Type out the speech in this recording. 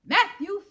Matthew